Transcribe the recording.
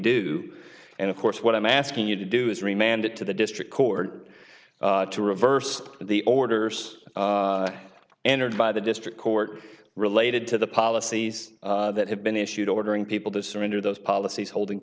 do and of course what i'm asking you to do is remind it to the district court to reverse the orders entered by the district court related to the policies that have been issued ordering people to surrender those policies holding